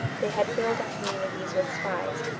they had filled our communities with spies.